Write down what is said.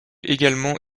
également